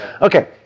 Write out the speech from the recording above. Okay